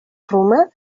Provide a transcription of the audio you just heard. romà